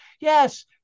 yes